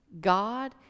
God